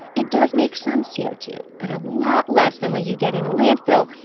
it does make some c o two, but a lot less than what you get in a landfill,